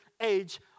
age